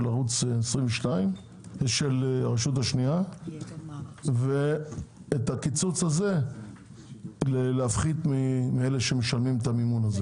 הרשות השנייה ואת הקיצוץ הזה להפחית מאלה שמשלמים את המימון הזה.